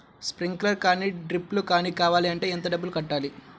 Sprinkler కానీ డ్రిప్లు కాని కావాలి అంటే ఎంత డబ్బులు కట్టాలి?